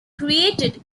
created